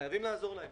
חייבים לעזור להם.